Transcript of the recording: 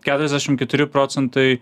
keturiasdešim keturi procentai